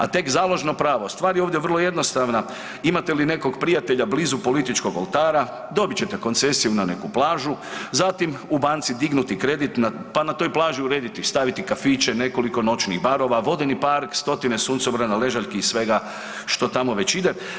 A tek založno pravo, stvar je ovdje vrlo jednostavna, imate li nekog prijatelja blizu političkog oltara dobit ćete koncesiju na neku plažu, zatim u banci dignuti kredit pa na toj plaži urediti i staviti kafiće, nekoliko noćnih barova, vodeni park, stotine suncobrana, ležaljki i svega što tamo već ide.